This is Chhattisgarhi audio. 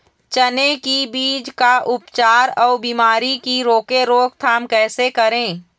चने की बीज का उपचार अउ बीमारी की रोके रोकथाम कैसे करें?